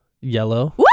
yellow